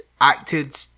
Acted